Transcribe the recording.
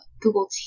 Google